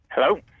Hello